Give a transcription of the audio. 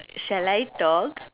shall I talk